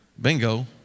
Bingo